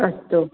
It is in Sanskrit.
अस्तु